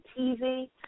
TV